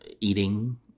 eating